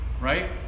Right